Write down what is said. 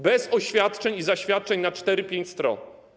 Bez oświadczeń i zaświadczeń na cztery, pięć stron.